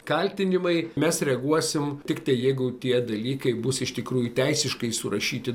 kaltinimai mes reaguosime tiktai jeigu tie dalykai bus iš tikrųjų teisiškai surašyti